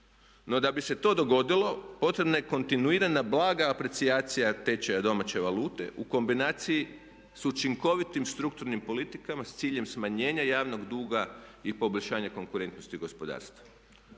No da bi se to dogodilo potrebna je kontinuirana blaga aprecijacija tečaja domaće valute u kombinaciji s učinkovitim strukturnim politikama s ciljem smanjenja javnog duga i poboljšanja konkuretnosti gospodarstva.